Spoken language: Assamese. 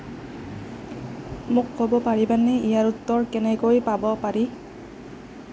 মোক ক'ব পাৰিবানে ইয়াৰ উত্তৰ কেনেকৈ পাব পাৰি